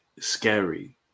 scary